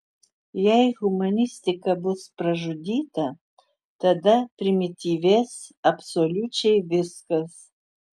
jei humanistika bus pražudyta tada primityvės absoliučiai viskas